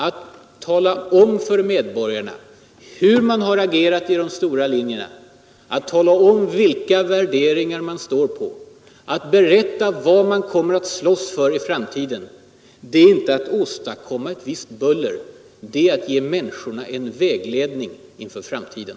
Att tala om för medborgarna hur man har agerat i de stora frågorna, att tala om vilka värderingar man står för, att berätta vad man kommer att slåss för i framtiden — det är inte att åstadkomma ”ett visst buller”, det är att ge människorna en vägledning inför framtiden.